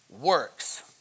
works